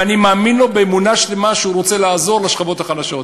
ואני מאמין לו באמונה שלמה שהוא רוצה לעזור לשכבות החלשות.